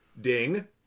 ding